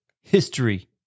history